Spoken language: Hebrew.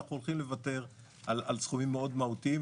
אנחנו הולכים לוותר על סכומים מאוד מהותיים,